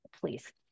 please